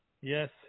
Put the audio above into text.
Yes